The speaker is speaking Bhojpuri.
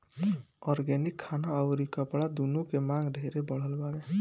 ऑर्गेनिक खाना अउरी कपड़ा दूनो के मांग ढेरे बढ़ल बावे